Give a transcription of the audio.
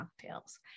cocktails